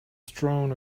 strewn